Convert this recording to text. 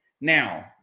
Now